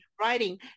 writing